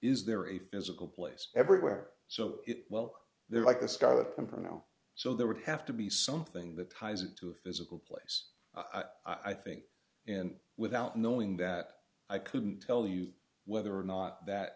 is there a physical place everywhere so well they're like the scarlet pimpernel so there would have to be something that ties it to a physical place i think and without knowing that i couldn't tell you whether or not that